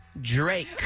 Drake